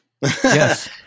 Yes